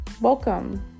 Welcome